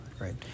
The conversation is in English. Right